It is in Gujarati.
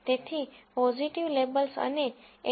તેથી પોઝીટિવ લેબલ્સ અને એફ